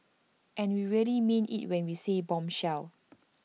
and we really mean IT when we said bombshell